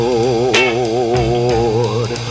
Lord